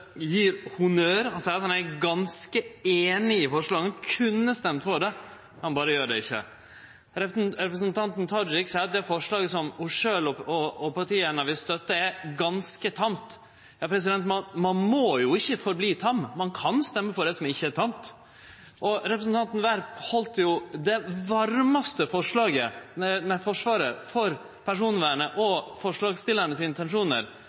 honnør, han seier han er ganske einig i forslaga, han kunne stemt for dei, han berre gjer det ikkje. Representanten Tajik seier at det forslaget som ho sjølv og partiet hennar vil støtte, er ganske tamt. Ja, ein må jo ikkje halde fram med å vere tam, ein kan stemme for det som ikkje er tamt. Representanten Werp heldt jo det varmaste forsvaret for personvernet og forslagsstillarane sine intensjonar